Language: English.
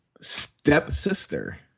stepsister